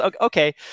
okay